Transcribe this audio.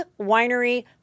Winery